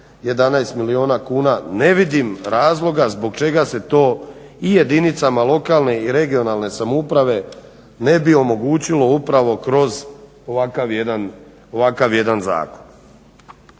11 milijuna kuna. Ne vidim razloga zbog čega se to i jedinicama lokalne i regionalne samouprave ne bi omogućilo upravo kroz ovakav jedan zakon.